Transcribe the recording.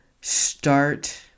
start